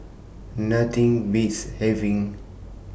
Nothing Beats having